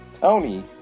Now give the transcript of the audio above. Tony